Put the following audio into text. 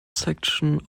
section